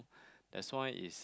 that's why it's